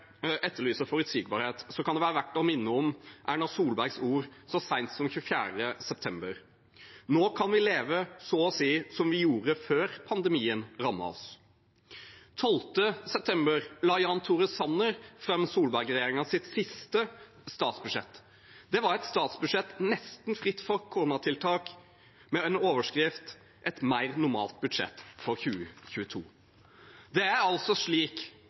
etterlyser forutsigbarhet, kan det være verdt å minne om Erna Solbergs ord så sent som 24. september: «Nå kan vi leve så å si som vi gjorde før pandemien rammet oss». Den 12. september la Jan Tore Sanner fram Solberg-regjeringens siste statsbudsjett. Det var et statsbudsjett nesten fritt for koronatiltak og med en overskrift om et mer normalt budsjett for 2022. Det er altså slik